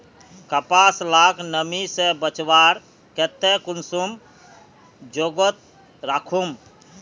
कपास लाक नमी से बचवार केते कुंसम जोगोत राखुम?